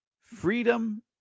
freedom